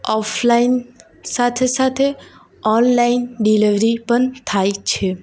offline સાથે સાથે online delivery પણ થાય છે